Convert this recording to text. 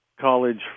college